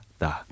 Da